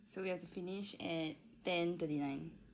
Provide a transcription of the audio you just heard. so we have to finish at ten thirty nine